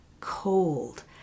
cold